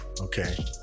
Okay